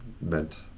meant